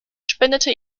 spendete